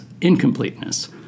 incompleteness